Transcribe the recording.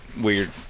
Weird